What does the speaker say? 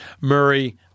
Murray